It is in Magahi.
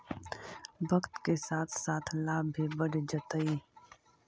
वक्त के साथ साथ लाभ भी बढ़ जतइ